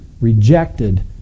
rejected